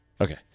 Okay